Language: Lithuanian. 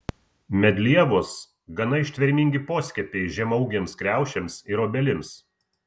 medlievos gana ištvermingi poskiepiai žemaūgėms kriaušėms ir obelims